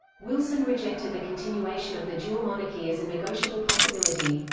wilson rejected the continuation of the dual monarchy as a negotiable possibility.